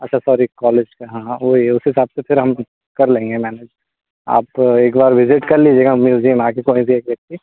अच्छा sorry college का हाँ हाँ वही उस हिसाब से फिर हम कर लेंगे मैनेज आप एक बार विज़िट कर लीजिएगा म्यूज़ियम आ कर थोड़ी देर के लिए